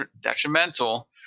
Detrimental